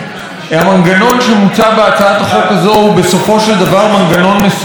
המנגנון שמוצע בהצעת החוק הזאת הוא בסופו של דבר מנגנון מסוכן.